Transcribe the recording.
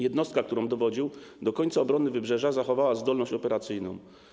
Jednostka, którą dowodził, do końca obrony Wybrzeża zachowała zdolność operacyjną.